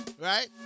Right